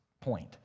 point